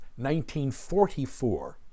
1944